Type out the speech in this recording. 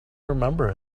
remember